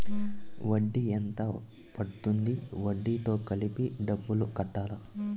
వడ్డీ ఎంత పడ్తుంది? వడ్డీ తో కలిపి డబ్బులు కట్టాలా?